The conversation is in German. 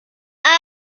pass